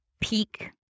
peak